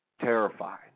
Terrified